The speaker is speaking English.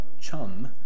chum